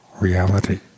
reality